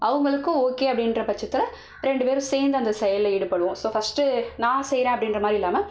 அவங்களுக்கும் ஓகே அப்படின்ற பட்சத்தில் ரெண்டு பேரும் சேர்ந்து அந்த செயலில் ஈடுபடுவோம் ஸோ ஃபர்ஸ்ட்டு நான் செய்கிறேன் அப்படின்ற மாதிரி இல்லாமல்